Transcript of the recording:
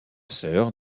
sœur